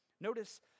Notice